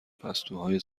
پستوهای